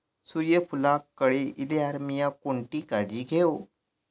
सूर्यफूलाक कळे इल्यार मीया कोणती काळजी घेव?